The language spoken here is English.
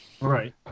Right